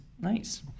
Nice